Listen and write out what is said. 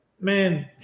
Man